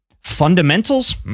fundamentals